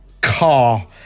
car